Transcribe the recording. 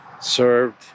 served